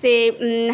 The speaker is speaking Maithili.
से